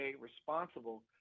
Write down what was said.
responsible